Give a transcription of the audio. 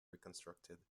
reconstructed